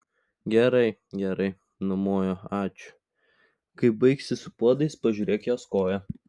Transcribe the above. gerai gerai numojo ačiū kai baigsi su puodais pažiūrėk jos koją